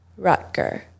Rutger